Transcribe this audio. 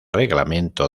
reglamento